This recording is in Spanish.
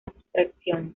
abstracciones